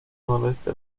noroeste